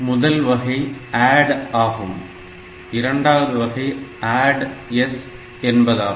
முதல் வகை ADD ஆகும் இரண்டாவது வகை ADD S என்பதாகும்